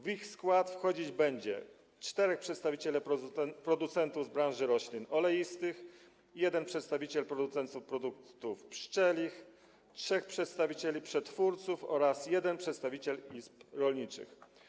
W ich skład wchodzić będzie: czterech przedstawicieli producentów z branży roślin oleistych, jeden przedstawiciel producentów produktów pszczelich, trzech przedstawicieli przetwórców oraz jeden przedstawiciel izb rolniczych.